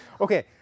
Okay